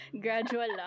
gradual